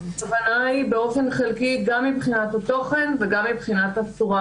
הכוונה היא באופן חלקי גם מבחינת התוכן וגם מבחינת הצורה.